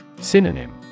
Synonym